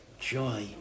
joy